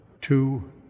two